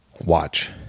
watch